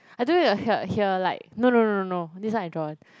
I don't know if you heard hear like no no no no no this one I draw one